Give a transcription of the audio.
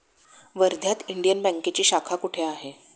वर्ध्यात इंडियन बँकेची शाखा कुठे आहे?